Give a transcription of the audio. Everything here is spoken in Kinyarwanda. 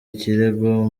ikirego